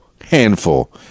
handful